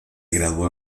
graduó